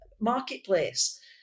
marketplace